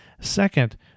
Second